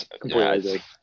Completely